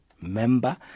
member